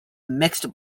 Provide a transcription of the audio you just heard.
mixed